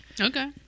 okay